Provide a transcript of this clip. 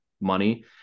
money